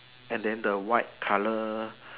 and then the white colour